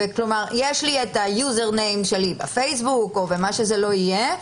יש לי את היוזר ניים שלי בפייסבוק או מה שלא יהיה,